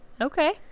Okay